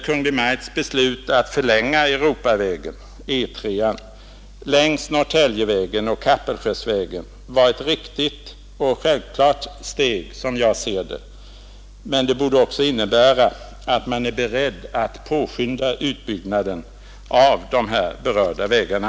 Kungl. Maj:ts beslut att förlänga E 3 längs Norrtäljevägen och Kapellskärsvägen var ett riktigt och självklart steg, som jag ser det. Men det borde också innebära att man är beredd att påskynda utbyggnaden av de här berörda vägarna.